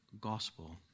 gospel